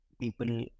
people